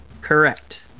Correct